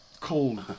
cold